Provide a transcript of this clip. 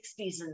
60s